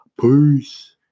peace